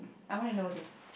I wanna know this